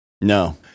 No